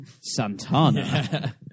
Santana